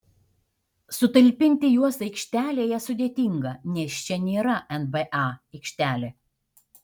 sutalpinti juos aikštelėje sudėtinga nes čia nėra nba aikštelė